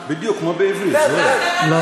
בדיוק כמו בעברית, זוהר.